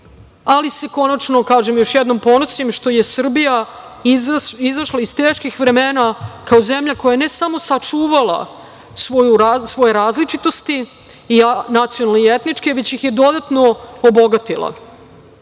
ali se konačno, kažem još jednom, ponosim što je Srbija izašla iz teških vremena kao zemlja koja je, ne samo sačuvala svoje različitosti i nacionalne i etničke, već ih je dodatno obogatila.